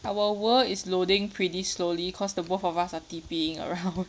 our world is loading pretty slowly cause the both of us are T_Ping around